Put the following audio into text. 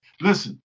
Listen